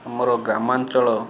ଆମର ଗ୍ରାମାଞ୍ଚଳ